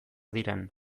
diren